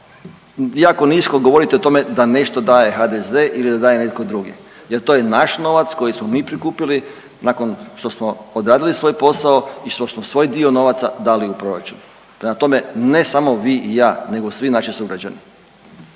jako nisko govoriti o tome da nešto daje HDZ ili da daje netko drugi, jer to je naš novac koji smo mi prikupili nakon što smo odradili svoj posao i što smo svoj dio novaca dali u proračun. Prema tome, ne samo vi i ja, nego svi naši sugrađani.